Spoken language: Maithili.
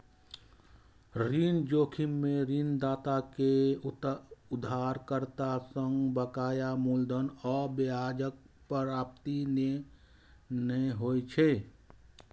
ऋण जोखिम मे ऋणदाता कें उधारकर्ता सं बकाया मूलधन आ ब्याजक प्राप्ति नै होइ छै